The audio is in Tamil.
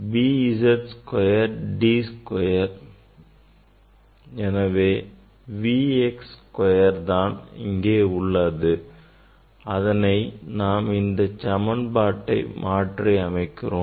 B z square D square because V x square தான் அங்கே உள்ளது அதனை நாம் இந்த சமன்பாட்டை கொண்டு மாற்றி அமைக்கிறோம்